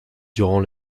durant